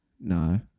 no